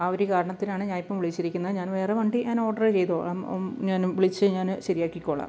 ആ ഒരു കാരണത്തിനാണ് ഞാൻ ഇപ്പം വിളിച്ചിരിക്കുന്നത് ഞാൻ വേറെ വണ്ടി ഞാൻ ഓർഡറ് ചെയ്തോളാം ഞാൻ വിളിച്ച് ഞാൻ ശരിയാക്കിക്കോളാം